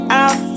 out